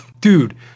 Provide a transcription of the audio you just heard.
Dude